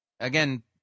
Again